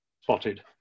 spotted